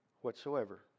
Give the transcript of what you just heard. whatsoever